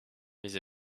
mes